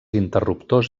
interruptors